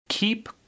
Keep